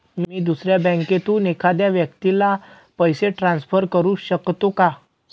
मी दुसऱ्या बँकेतून एखाद्या व्यक्ती ला पैसे ट्रान्सफर करु शकतो का?